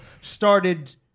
started